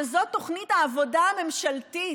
שזו תוכנית העבודה הממשלתית,